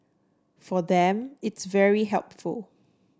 for them it's very helpful